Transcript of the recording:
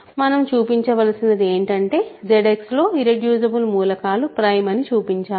మనం చూపించవలసినది ఏంటంటే ZX లో ఇర్రెడ్యూసిబుల్ మూలకాలు ప్రైమ్ అని చూపింఛాలి